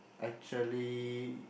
actually